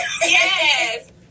Yes